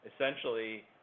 essentially